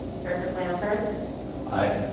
director blanford aye.